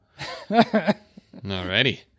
Alrighty